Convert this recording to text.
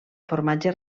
formatge